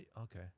okay